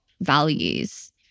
values